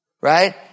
Right